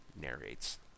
narrates